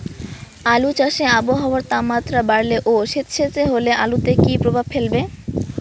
আলু চাষে আবহাওয়ার তাপমাত্রা বাড়লে ও সেতসেতে হলে আলুতে কী প্রভাব ফেলবে?